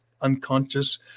unconscious